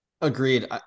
Agreed